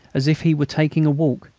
as if he were taking a walk,